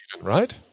right